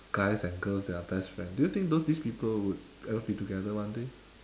guys and girls that are best friend do you think those this people would ever be together one day